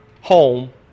home